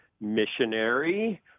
missionary